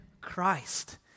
Christ